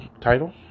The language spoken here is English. title